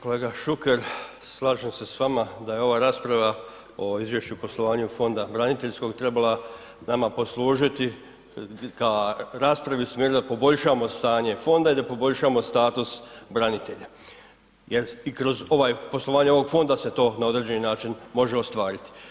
Kolega Šuker, slažem se s vama da je ova rasprava o izvješću poslovanja Fonda braniteljskog trebala nama poslužiti ka, raspravu usmjeriti da poboljšamo stanje fonda i da poboljšamo status branitelja jer i kroz ovaj, poslovanje ovog fonda se to na određeni način može ostvariti.